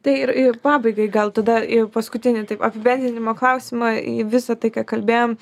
tai ir ir pabaigai gal tada paskutinį taip apibendrinimo klausimą į visą tai ką kalbėjom